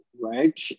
right